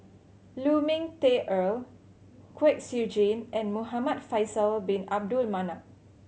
Lu Ming Teh Earl Kwek Siew Jin and Muhamad Faisal Bin Abdul Manap